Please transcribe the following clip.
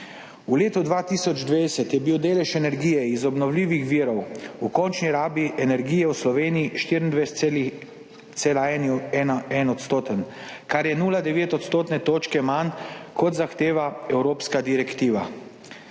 V letu 2020 je bil delež energije iz obnovljivih virov v končni rabi energije v Sloveniji 24,1-odstoten, kar je 0,9 odstotne točke manj, kot zahteva evropska direktiva.